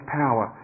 power